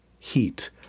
Heat